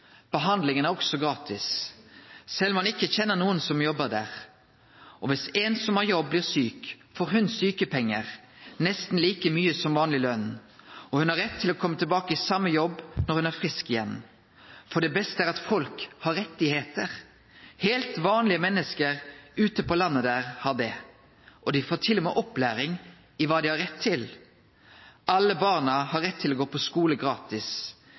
Behandlingen er også gratis, selv om man ikke kjenner noen som jobber der. Og hvis en som har jobb blir syk, får hun sykepenger, nesten like mye som vanlig lønn. Og hun har rett til å komme tilbake i samme jobb når hun er frisk igjen! For det beste er at folk har «rettigheter». Helt vanlige mennesker ute på landet der har det. Og de får til og med opplæring i hva de har «rett» til. Alle barna har rett til å gå på